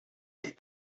est